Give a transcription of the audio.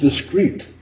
discreet